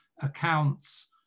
accounts